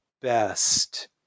best